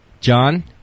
John